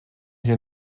hier